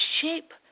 shape